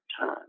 time